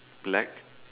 black